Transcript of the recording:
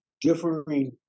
differing